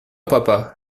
papa